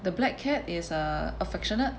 the black cat is err affectionate